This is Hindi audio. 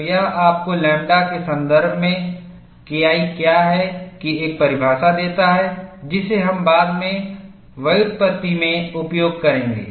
तो यह आपको लैम्ब्डा के संदर्भ में KI क्या है की एक परिभाषा देता है जिसे हम बाद में व्युत्पत्ति में उपयोग करेंगे